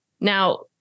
now